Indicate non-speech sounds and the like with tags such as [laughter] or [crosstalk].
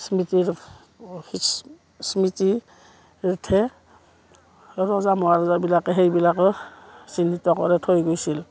স্মৃতিৰ স্মৃতি [unintelligible] ৰজা মহাৰজাবিলাকে সেইবিলাকে চিহ্নিত কৰাই থৈ গৈছিল